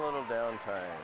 a little down time